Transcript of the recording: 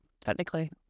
Technically